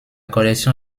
collection